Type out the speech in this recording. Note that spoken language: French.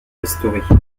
restauré